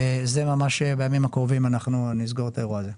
וזה ממש בימים הקרובים אנחנו נסגור את האירוע הזה.